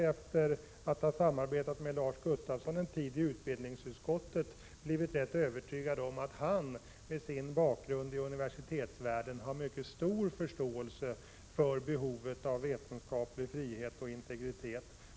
Efter att ha samarbetat med Lars Gustafsson en tid i utbildningsutskottet har jag blivit rätt övertygad om att han med sin bakgrund i universitetsvärlden har mycket stor förståelse för behovet av vetenskaplig frihet och integritet.